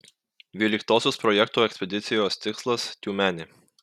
dvyliktosios projekto ekspedicijos tikslas tiumenė